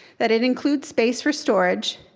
that it includes space for storage,